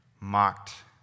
mocked